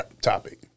topic